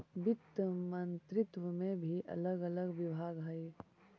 वित्त मंत्रित्व में भी अलग अलग विभाग हई